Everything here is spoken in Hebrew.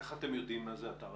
איך אתם יודעים מה זה אתר אדום?